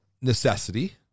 Necessity